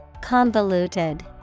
Convoluted